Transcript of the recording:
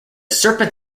serpent